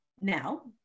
now